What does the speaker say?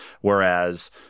whereas